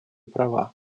права